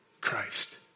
Christ